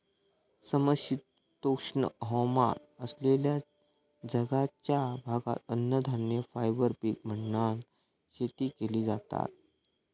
समशीतोष्ण हवामान असलेल्या जगाच्या भागात अन्नधान्य, फायबर पीक म्हणान शेती केली जाता